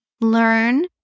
learn